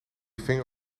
vinger